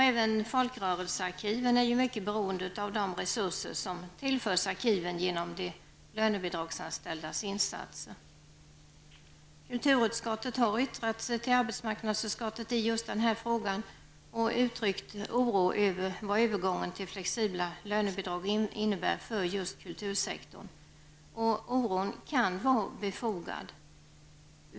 Även folkrörelsearkiven är mycket beroende av de resurser som tillförs arkiven genom de lönebidragsanställdas insatser. Kulturutskottet har yttrat sig till arbetsmarknadsutskottet i just den här frågan och uttryckt oro över vad övergången till flexibla lönebidrag innebär för just kultursektorn. Oron kan vara befogad.